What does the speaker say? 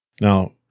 now